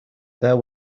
there